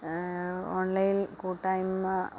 online കൂട്ടായ്മ